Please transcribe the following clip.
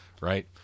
right